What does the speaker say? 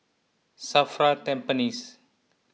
Safra Tampines